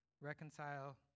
Reconcile